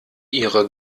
ihre